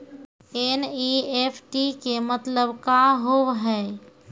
NEFT के मतलब का होव हेय?